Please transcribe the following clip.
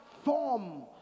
form